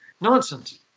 Nonsense